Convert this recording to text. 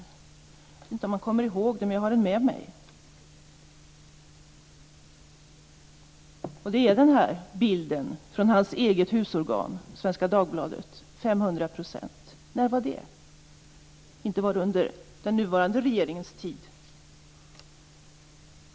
Jag vet inte om han kommer ihåg det, men jag har den med mig i dag. Denna bild från hans eget husorgan Svenska Dagbladet visar att räntan var 500 %. När var det, inte var det under den nuvarande regeringens tid?